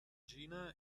gina